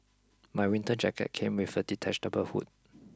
my winter jacket came with a detachable hood